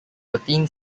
thirteen